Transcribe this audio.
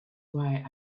why